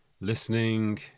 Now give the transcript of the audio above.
listening